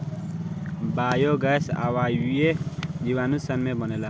biogas अवायवीय जीवाणु सन से बनेला